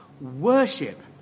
Worship